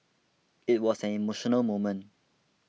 it was an emotional moment